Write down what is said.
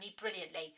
brilliantly